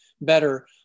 better